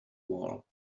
wall